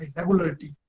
regularity